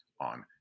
on